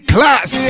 Class